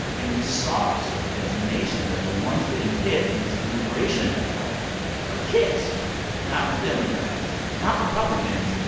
and we saw this week as a nation that the ones getting hit in this immigration battle are kids not the democrats, not republicans.